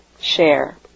share